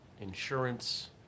insurance